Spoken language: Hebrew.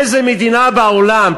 איזה מדינה בעולם,